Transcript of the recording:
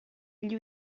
gli